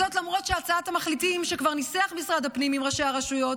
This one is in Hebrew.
זאת למרות שהצעת המחליטים שכבר ניסח משרד הפנים עם ראשי הרשויות,